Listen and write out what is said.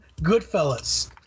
Goodfellas